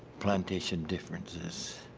plantation differences.